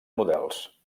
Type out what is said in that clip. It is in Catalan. models